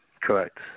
Correct